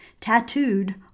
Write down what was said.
tattooed